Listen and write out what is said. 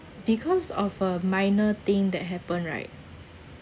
because of a minor thing that happen right